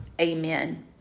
Amen